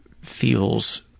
feels